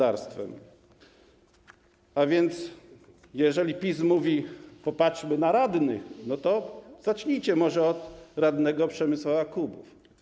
A więc, jeżeli PiS mówi: popatrzmy na radnych, to zacznijcie może od radnego Przemysława Kubowa.